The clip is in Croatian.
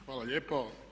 Hvala lijepo.